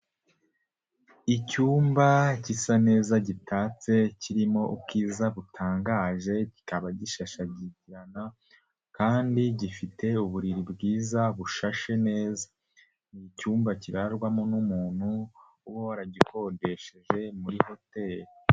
Icyumba gisa neza gitatse kirimo ubwiza butangaje kikaba gishashagirana kandi gifite uburiri bwiza bushashe neza. Ni icyumba kirarwamo n'umuntu uba waragikodesheje muri hoteri.